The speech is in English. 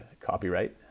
copyright